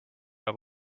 have